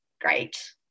great